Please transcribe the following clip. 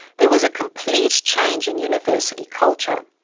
there was a complete change in university culture.